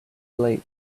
late